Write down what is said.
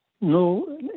no